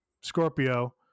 Scorpio